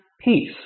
peace